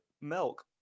milk